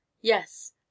Yes